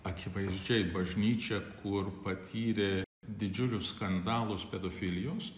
akivaizdžiai bažnyčia kur patyrė didžiulius skandalus pedofilijos